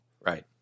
Right